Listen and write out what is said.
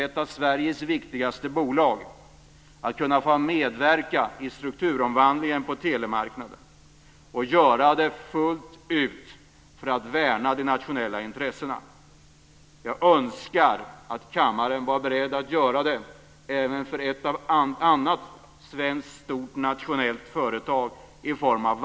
Telia måste fullt ut få medverka i strukturomvandlingen på telemarknaden för att värna det nationella intressena. Jag önskar att kammaren vore beredd att göra detsamma för ett annat stort nationellt företag, nämligen Vattenfall.